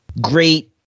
great